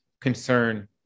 concern